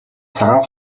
цагаан